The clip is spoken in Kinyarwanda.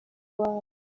iwabo